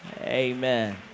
Amen